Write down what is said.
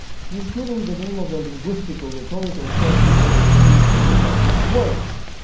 she is given the name of a linguistic or rhetorical term because she is made up of words